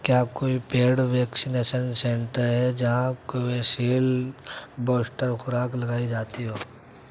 کیا کوئی paid vaccination centre ہے جہاں کووِشیل بوسٹر خوراک لگائی جاتی ہو